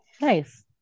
Nice